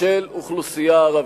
של אוכלוסייה ערבית.